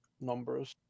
numbers